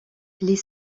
les